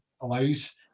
allows